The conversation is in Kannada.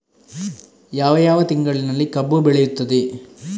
ಯಾವ ಯಾವ ತಿಂಗಳಿನಲ್ಲಿ ಕಬ್ಬು ಬೆಳೆಯುತ್ತದೆ?